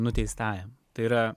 nuteistajam tai yra